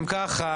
אם כך,